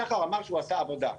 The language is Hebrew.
שחר אמר שהוא עשה עבודה.